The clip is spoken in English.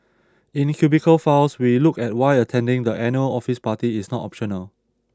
in Cubicle Files we look at why attending the annual office party is not optional